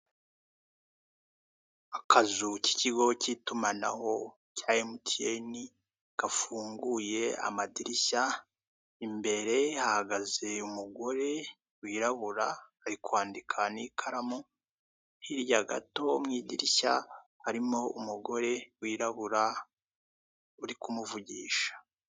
Akazu k'icyigo cy'itumanaho cya MTN gafunguye amadirisha imbere hahagaze umugore wirabura ari kwandika n'ikaramu hirya gato mu idirisha harimo umugore wirabura uri kumuvugisha.